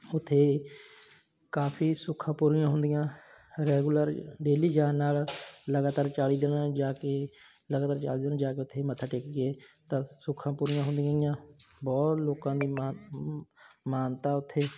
ਉੱਥੇ ਕਾਫੀ ਸੁੱਖਾਂ ਪੂਰੀਆਂ ਹੁੰਦੀਆਂ ਰੈਗੂਲਰ ਡੇਲੀ ਜਾਣ ਨਾਲ ਲਗਾਤਾਰ ਚਾਲੀ ਦਿਨ ਜਾ ਕੇ ਲਗਾਤਾਰ ਚਾਲੀ ਦਿਨ ਨੂੰ ਜਾ ਕੇ ਉੱਥੇ ਮੱਥਾ ਟੇਕ ਕੇ ਤਾਂ ਸੁੱਖਾਂ ਪੂਰੀਆਂ ਹੁੰਦੀਆਂ ਹੈਗੀਆਂ ਬਹੁਤ ਲੋਕਾਂ ਦੀ ਮਾਨਤਾ ਉੱਥੇ